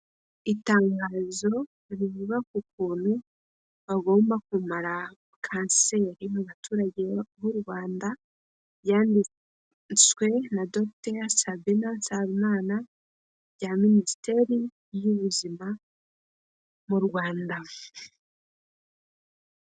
Itangazo rivuga ku kuntu bagomba kumara Kanseri mu baturage b'u Rwanda, ryanditswe na Dogiteri Sabin Nsanzimana rya Minisiteri y'Ubuzima mu Rwanda.